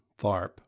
Tharp